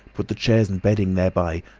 put the chairs and bedding thereby,